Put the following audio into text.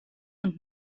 und